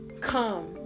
come